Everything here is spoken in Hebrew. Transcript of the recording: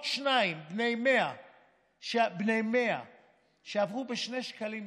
שניים בני 100 שעברו בשני שקלים לחודש.